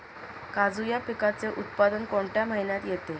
काजू या पिकाचे उत्पादन कोणत्या महिन्यात येते?